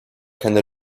keine